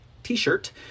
T-shirt